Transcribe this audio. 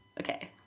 Okay